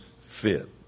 fit